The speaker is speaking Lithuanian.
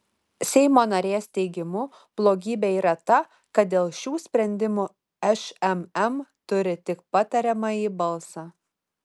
seimo narės teigimu blogybė yra ta kad dėl šių sprendimų šmm turi tik patariamąjį balsą